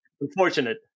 unfortunate